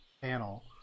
panel